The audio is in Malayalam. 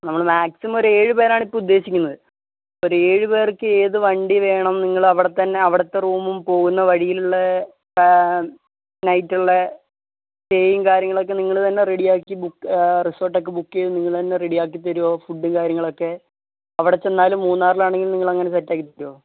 നമ്മള് മാക്സിമം ഒരേഴു പേരാണിപ്പോഴുദ്ദേശിക്കുന്നത് ഒരു ഏഴുപേർക്ക് ഏത് വണ്ടി വേണം നിങ്ങളവിടെത്തന്നെ അവിടത്തെ റൂമും പോകുന്ന വഴിയിലുള്ള നൈറ്റുള്ള സ്റ്റേയും കാര്യങ്ങളൊക്കെ നിങ്ങള് തന്നെ റെഡിയാക്കി ബുക്ക് റിസോർട്ടൊക്കെ ബുക്ക് ചെയ്ത് നിങ്ങള് തന്നെ റെഡിയാക്കിത്തരുമോ ഫുഡും കാര്യങ്ങളൊക്കെ അവിടെ ചെന്നാലും മൂന്നാറിലാണെങ്കിലും നിങ്ങള് അങ്ങനെ സെറ്റാക്കിത്തരുമോ